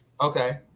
okay